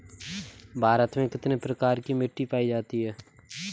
भारत में कितने प्रकार की मिट्टी पायी जाती है?